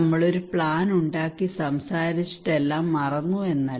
നമ്മൾ ഒരു പ്ലാൻ ഉണ്ടാക്കി സംസാരിച്ചിട്ട് എല്ലാം മറന്നു എന്നല്ല